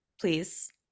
please